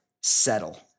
settle